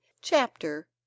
Chapter